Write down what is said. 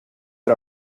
era